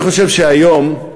אני חושב שהיום,